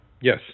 Yes